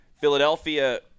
Philadelphia –